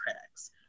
critics